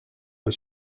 być